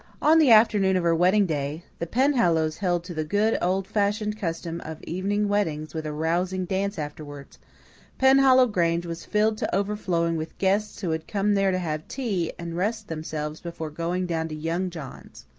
on the afternoon of her wedding day the penhallows held to the good, old-fashioned custom of evening weddings with a rousing dance afterwards penhallow grange was filled to overflowing with guests who had come there to have tea and rest themselves before going down to young john's.